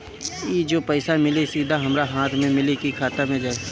ई जो पइसा मिली सीधा हमरा हाथ में मिली कि खाता में जाई?